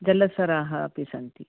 जलसराः अपि सन्ति